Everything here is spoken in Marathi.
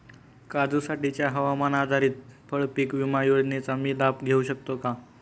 काजूसाठीच्या हवामान आधारित फळपीक विमा योजनेचा मी लाभ घेऊ शकतो का?